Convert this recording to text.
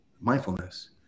mindfulness